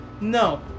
No